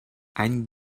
any